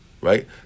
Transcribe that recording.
right